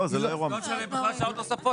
לא לשלם בכלל שעות נוספות?